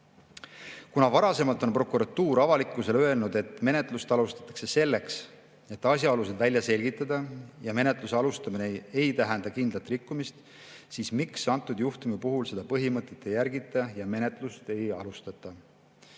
"Kuna varasemalt on prokuratuur avalikkusele öelnud, et menetlust alustatakse selleks, et asjaolusid välja selgitada, ja menetluse alustamine ei tähenda kindlat rikkumist, siis miks antud juhtumi puhul seda põhimõtet ei järgita ja menetlust ei alustata?"